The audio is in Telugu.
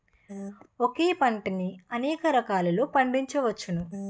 ఒకే పంటని అనేక రకాలలో పండించ్చవచ్చును